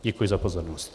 Děkuji za pozornost.